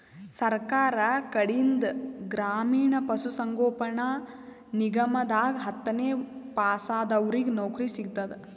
ಸರ್ಕಾರ್ ಕಡೀನ್ದ್ ಗ್ರಾಮೀಣ್ ಪಶುಸಂಗೋಪನಾ ನಿಗಮದಾಗ್ ಹತ್ತನೇ ಪಾಸಾದವ್ರಿಗ್ ನೌಕರಿ ಸಿಗ್ತದ್